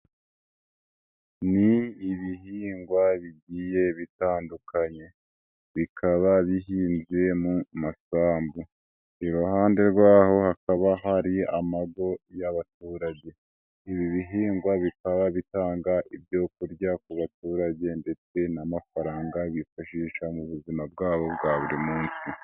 Ni ibihingwa bigiye bitandukanye bikaba bihinze mu masambu, iruhande rwaho hakaba hari amago y'abaturage, ibi bihingwa bikaba bitanga ibyo kurya ku baturage ndetse n'amafaranga bifashisha mu buzima bwabo bwa buri munsi.